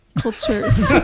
Cultures